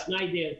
שניידר,